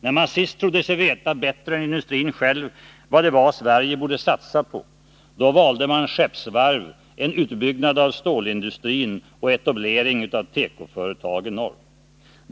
När man sist trodde sig veta bättre än industrin själv vad det var Sverige borde satsa på, då valde man skeppsvarv, en utbyggnad av stålindustrin och etablering av tekoföretag i norr.